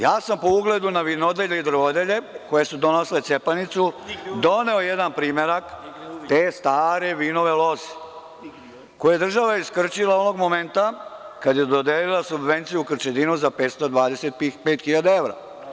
Ja sam po ugledu na vinodelje i drvodelje, koje su donosile cepanicu, doneo jedan primerak te stare vinove loze, (Narodni poslanik pokazuje vinovu lozu.), koju je država iskrčila onog momenta kada je dodelila subvenciju Krčedinu za 525 hiljada evra.